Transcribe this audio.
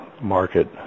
market